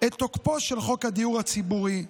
את תוקפו של חוק הדיור הציבורי,